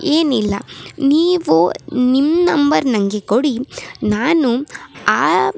ಏನಿಲ್ಲ ನೀವು ನಿಮ್ಮ ನಂಬರ್ ನನಗೆ ಕೊಡಿ ನಾನು ಆ